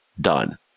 done